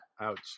Ouch